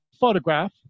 photograph